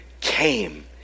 came